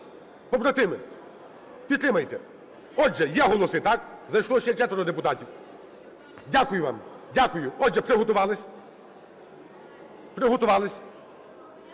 побратими, підтримайте! Отже, є голоси, так? Зайшло ще четверо депутатів. Дякую вам. Дякую. Отже, приготувались, приготувались.